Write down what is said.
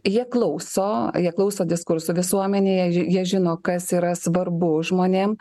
jie klauso jie klauso diskurso visuomenėje ir jie žino kas yra svarbu žmonėm